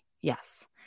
Yes